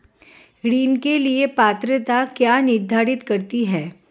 ऋण के लिए पात्रता क्या निर्धारित करती है?